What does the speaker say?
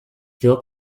phil